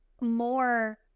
more